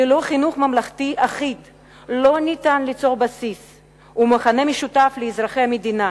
ללא חינוך ממלכתי אחיד לא ניתן ליצור בסיס ומכנה משותף לאזרחי המדינה.